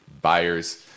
buyers